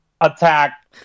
attack